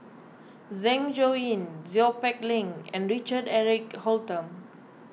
Zeng Shouyin Seow Peck Leng and Richard Eric Holttum